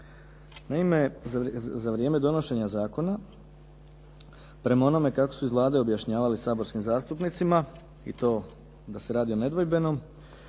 Naime, za vrijeme donošenja zakona prema onome kako su iz Vlade objašnjavali saborskim zastupnicima i to da se radi o nedvojbenom,